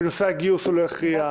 בנושא הגיוס הוא לא הכריע,